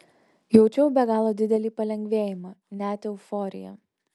jaučiau be galo didelį palengvėjimą net euforiją